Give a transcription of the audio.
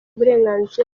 uburenganzira